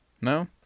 no